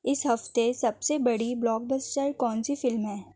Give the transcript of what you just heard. اس ہفتے سب سے بڑی بلاک بسٹر کون سی فلم ہے